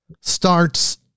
starts